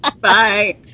Bye